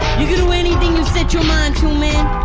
you can do anything you set your mind to, man.